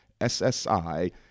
SSI